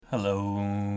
Hello